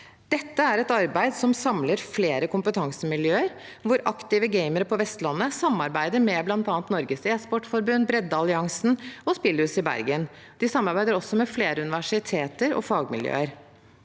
Dette er et arbeid som samler flere kompetansemiljøer, hvor Aktive Gamere på Vestlandet samarbeider med bl.a. Norges esportforbund, Bredde-e-sport Alliansen og Spillhuset Bergen. De samarbeider også med flere universiteter og fagmiljøer.